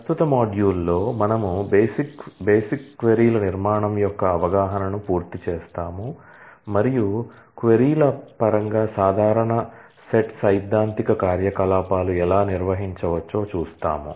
ప్రస్తుత మాడ్యూల్లో మనము బేసిక్స్ క్వరీల నిర్మాణం యొక్క అవగాహనను పూర్తి చేస్తాము మరియు క్వరీల పరంగా సాధారణ సెట్ సైద్ధాంతిక కార్యకలాపాలు ఎలా నిర్వహించవచ్చో చూస్తాము